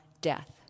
death